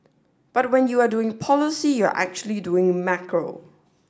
but when you are doing policy you're actually doing macro